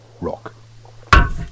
rock